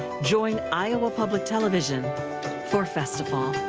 join iowa public television for festifall.